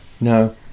no